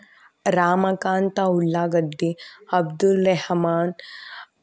Ramakant Ullagaddi Abdul Nehaman